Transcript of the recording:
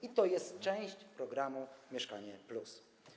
I to jest część programu „Mieszkanie+”